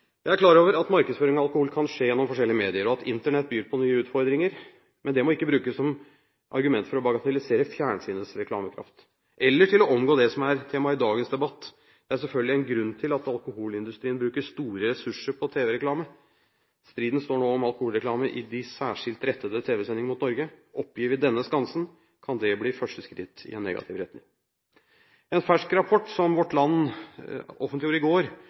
Jeg er klar over at markedsføring av alkohol kan skje gjennom forskjellige medier, og at Internett byr på nye utfordringer, men det må ikke brukes som argument for å bagatellisere fjernsynets reklamekraft eller til å omgå det som er temaet i dagens debatt. Det er selvfølgelig en grunn til at alkoholindustrien bruker store ressurser på tv-reklame. Striden står nå om alkoholreklame i «de særskilt rettede tv-sendinger» mot Norge. Oppgir vi denne skansen, kan det bli første skritt i en negativ retning. En fersk rapport, som Vårt Land offentliggjorde i går,